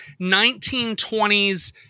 1920s